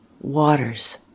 Waters